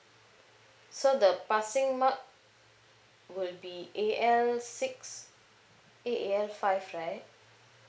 so the passing mark would be A_L six A_L five right